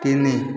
ତିନି